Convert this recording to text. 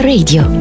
Radio